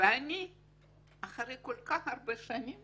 ואני אחרי כל כך הרבה שנים